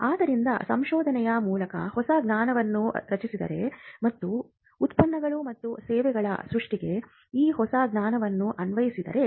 ಆದ್ದರಿಂದ ಸಂಶೋಧನೆಯ ಮೂಲಕ ಹೊಸ ಜ್ಞಾನವನ್ನು ರಚಿಸಿದರೆ ಮತ್ತು ಉತ್ಪನ್ನಗಳು ಮತ್ತು ಸೇವೆಗಳ ಸೃಷ್ಟಿಗೆ ಆ ಹೊಸ ಜ್ಞಾನವನ್ನು ಅನ್ವಯಿಸಿದರೆ